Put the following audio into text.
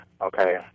Okay